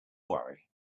worry